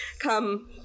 come